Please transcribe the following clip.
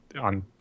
on